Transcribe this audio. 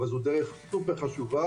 אבל זו דרך סופר חשובה,